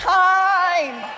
time